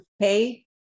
pay